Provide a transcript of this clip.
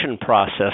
process